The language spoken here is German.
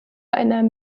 einer